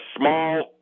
small